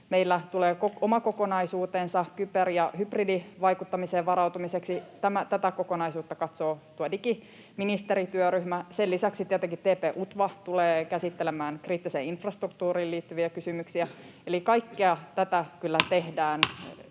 Meillä tulee koko oma kokonaisuutensa kyber‑ ja hybridivaikuttamiseen varautumiseksi. Tätä kokonaisuutta katsoo tuo digiministerityöryhmä. Sen lisäksi tietenkin TP-UTVA tulee käsittelemään kriittiseen infrastruktuuriin liittyviä kysymyksiä. Eli kaikkea tätä kyllä [Puhemies